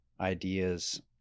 ideas